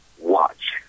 watch